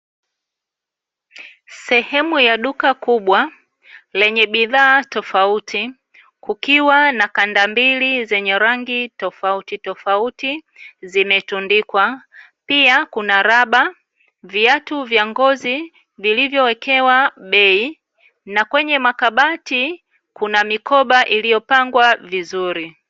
Sehemu ya duka kubwa lenye bidhaa tofauti, kukiwa na kanda mbili zenye rangi tofautitofauti zimetundikwa, pia kuna raba, viatu vya ngozi, vilivyowekewa bei, na kwenye makabati kuna mikoba iliyopangwa vizuri.